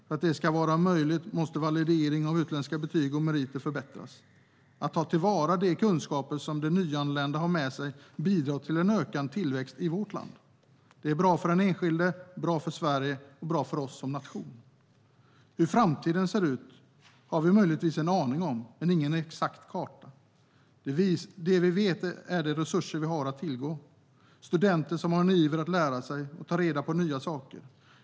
För att det ska vara möjligt måste valideringen av utländska betyg och meriter förbättras. Att ta till vara de kunskaper som de nyanlända har med sig bidrar till en ökad tillväxt i vårt land. Det är bra för den enskilde och bra för Sverige som nation. Hur framtiden ser ut har vi möjligtvis en aning om men ingen exakt karta över. Det vi vet om är de resurser vi har att tillgå, till exempel studenter som har en iver att lära sig och ta reda på nya saker.